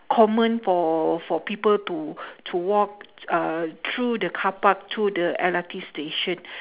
common for for people to to walk uh through the car park to the L_R_T station